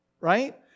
right